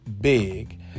big